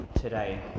today